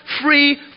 free